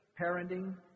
parenting